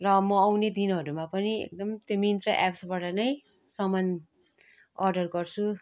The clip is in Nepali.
र म आउने दिनहरूमा पनि एकदम त्यो मिन्त्रा एप्सबाट नै सामान अर्डर गर्छु